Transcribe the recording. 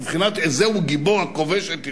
בבחינת "איזהו גיבור הכובש את יצרו",